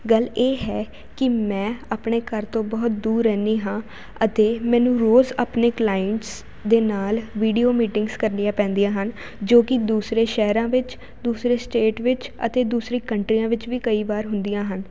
ਗੱਲ ਇਹ ਹੈ ਕਿ ਮੈਂ ਆਪਣੇ ਘਰ ਤੋਂ ਬਹੁਤ ਦੂਰ ਰਹਿੰਦੀ ਹਾਂ ਅਤੇ ਮੈਨੂੰ ਰੋਜ਼ ਆਪਣੇ ਕਲਾਇੰਟਸ ਦੇ ਨਾਲ ਵੀਡੀਓ ਮੀਟਿੰਗਸ ਕਰਨੀਆਂ ਪੈਂਦੀਆਂ ਹਨ ਜੋ ਕਿ ਦੂਸਰੇ ਸ਼ਹਿਰਾਂ ਵਿੱਚ ਦੂਸਰੇ ਸਟੇਟ ਵਿੱਚ ਅਤੇ ਦੂਸਰੀ ਕੰਟਰੀਆਂ ਵਿੱਚ ਵੀ ਕਈ ਵਾਰ ਹੁੰਦੀਆਂ ਹਨ